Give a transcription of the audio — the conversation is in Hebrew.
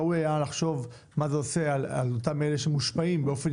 ראוי היה לחשוב מה זה עושה לאותם אלה שמושפעים באופן